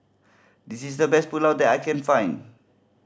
this is the best Pulao that I can find